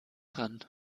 dran